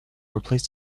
replaced